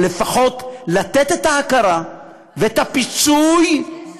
אבל לפחות לתת את ההכרה ואת הפיצוי.